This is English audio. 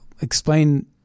explain